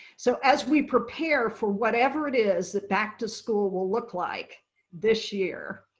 so as we prepare for whatever it is that back-to-school will look like this year,